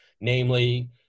namely